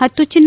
ಹತ್ತು ಚಿನ್ನ